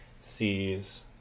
sees